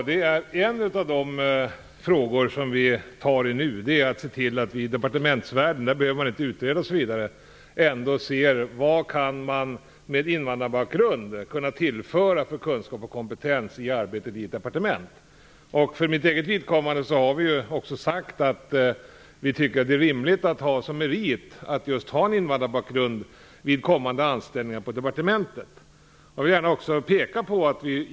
Herr talman! En av de frågor som vi nu tar tag i är att se till - där behövs ingen utredning osv. - att man i departementsvärlden undersöker vilka kunskaper och vilken kompetens som människor med invandrarbakgrund kan tillföra i arbetet på ett departement. För mitt eget departements vidkommande har vi sagt att vi tycker att det är rimligt att som merit ha just invandrarbakgrund vid kommande anställningar på departementet.